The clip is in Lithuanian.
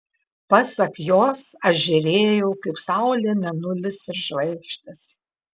pasak jos aš žėrėjau kaip saulė mėnulis ir žvaigždės